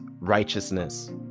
righteousness